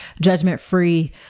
judgment-free